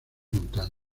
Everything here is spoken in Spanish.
montañas